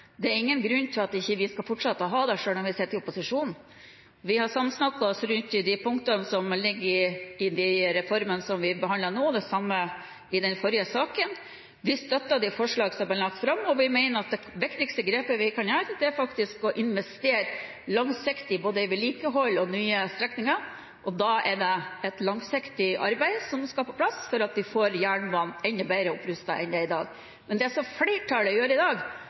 Det er ingen grunn til at vi ikke skal fortsette å ha det selv om vi sitter i opposisjon. Vi har samsnakket oss rundt de punktene som ligger i den reformen som vi behandler nå, og det samme i den forrige saken. Vi støtter det forslaget som er lagt fram, og mener at det viktigste grepet vi kan ta, er å investere langsiktig både i vedlikehold og i nye strekninger. Da er det et langsiktig arbeid som skal på plass for at vi skal få jernbanen enda bedre opprustet enn den er i dag. Det som flertallet gjør i dag,